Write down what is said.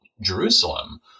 jerusalem